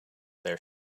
their